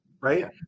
right